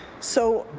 so